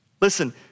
Listen